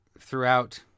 throughout